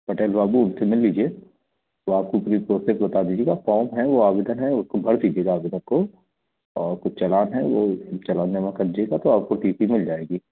पटेल बाबू उनसे मिल लीजिए वो आपको प्री प्रोसेस बता फ़ॉर्म है वो आवेदन है उसको भर दीजिएगा आवेदन को और जो चालान है वो चालान जमा कर दीजिएगा तो आपको टी सी मिल जाएगी